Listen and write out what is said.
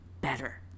better